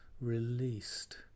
released